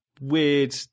weird